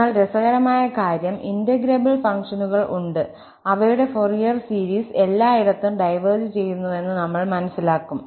എന്നാൽ രസകരമായ കാര്യം ഇന്റെഗ്രേബ്ൾ ഫംഗ്ഷനുകൾ ഉണ്ട് അവയുടെ ഫൊറിയർ സീരീസ് നമുക്ക് എഴുതാം എന്നാൽ അവസാനം ഈ ഫോറിയർ സീരീസ് എല്ലായിടത്തും ഡൈവേർജ് ചെയ്യുന്നുവെന്ന് നമ്മൾ മനസ്സിലാക്കും